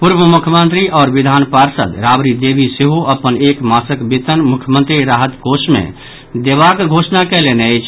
पूर्व मुख्यमंत्री आओर विधान पार्षद राबड़ी देवी सेहो अपन एक मासक वेतन मुख्यमंत्री राहत कोष मे देबाक घोषणा कयलनि अछि